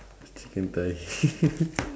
chicken thigh